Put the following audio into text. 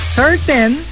certain